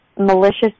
malicious